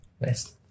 Nice